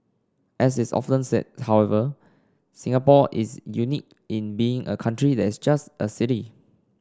as is often said however Singapore is unique in being a country that's just a city